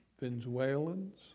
Venezuelans